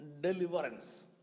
deliverance